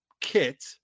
kit